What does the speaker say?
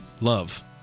love